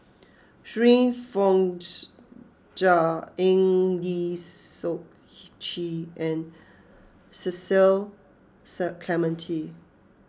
Shirin Fozdar Eng Lee Seok Chee and Cecil Clementi